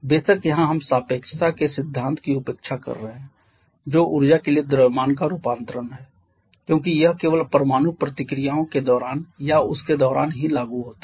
बेशक यहां हम सापेक्षता के सिद्धांत की उपेक्षा कर रहे हैं जो ऊर्जा के लिए द्रव्यमान का रूपांतरण है क्योंकि यह केवल परमाणु प्रतिक्रियाओं के दौरान या उसके दौरान ही लागू होता है